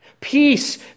Peace